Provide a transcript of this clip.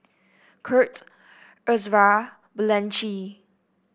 Kurt Ezra Blanchie